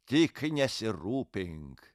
tik nesirūpink